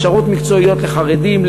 הכשרות מקצועיות לחרדים,